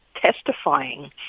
testifying